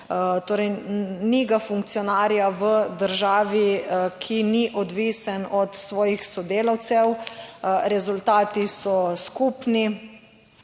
ni ga funkcionarja v državi, ki ni odvisen od svojih sodelavcev, rezultati so skupni